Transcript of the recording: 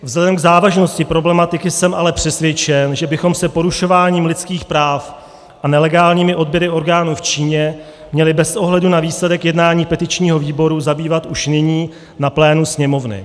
Vzhledem k závažnosti problematiky jsem ale přesvědčen, že bychom se porušováním lidských práv a nelegálními odběry orgánů v Číně měli bez ohledu na výsledek jednání petičního výboru zabývat už nyní na plénu Sněmovny.